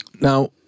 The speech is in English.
Now